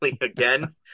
again